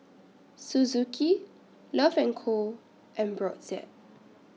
Suzuki Love and Co and Brotzeit